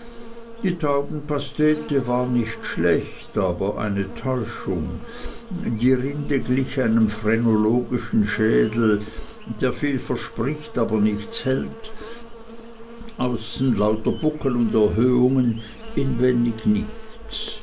die taubenpastete war nicht schlecht aber eine täuschung die rinde glich einem phrenologischen schädel der viel verspricht aber nichts hält außen lauter buckel und erhöhungen inwendig nichts